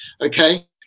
okay